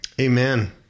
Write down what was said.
Amen